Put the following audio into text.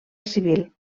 civil